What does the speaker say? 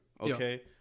okay